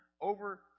over